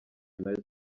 nazo